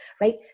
right